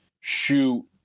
shoot